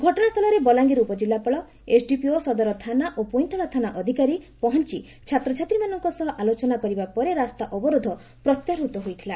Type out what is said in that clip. ଘଟଣାସ୍ଥୁଳରେ ବଲାଙ୍ଗିର ଉପଜିଲ୍ଲାପାଳ ଏସ୍ଡିପିଓ ସଦର ଥାନା ଓ ପୁଇନ୍ତଳା ଥାନା ଅଧିକାରୀ ପହଞ୍ ଛାତ୍ରଛାତ୍ରୀମାନଙ୍କ ସହ ଆଲୋଚନା ପରେ ରାସ୍ତା ଅବରୋଧ ପ୍ରତ୍ୟାହୃତ ହୋଇଥିଲା